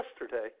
yesterday